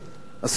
עשינו זאת.